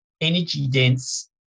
energy-dense